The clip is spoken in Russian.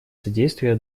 содействие